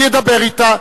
אני אדבר אתה.